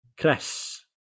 Chris